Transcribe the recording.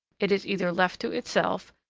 it is either left to itself,